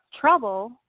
trouble